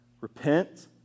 Repent